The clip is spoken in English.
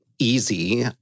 easy